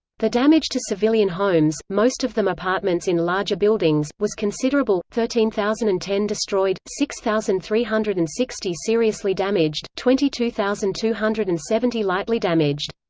the damage to civilian homes, most of them apartments in larger buildings, was considerable thirteen thousand and ten destroyed, six thousand three hundred and sixty seriously damaged, twenty two thousand two hundred and seventy lightly damaged.